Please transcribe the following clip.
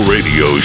Radio